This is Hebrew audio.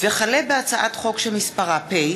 הצעת חוק הרשויות המקומיות (בחירות)